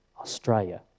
Australia